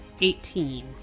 Eighteen